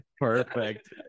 Perfect